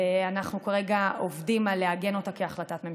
ואנחנו כרגע עובדים לעגן אותה כהחלטת ממשלה.